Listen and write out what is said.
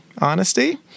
Honesty